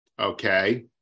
Okay